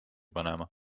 panema